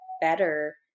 better